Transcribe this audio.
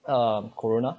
uh corona